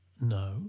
No